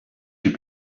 you